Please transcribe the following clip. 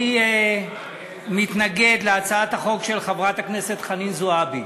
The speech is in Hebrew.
אני מתנגד להצעת החוק של חברת הכנסת חנין זועבי.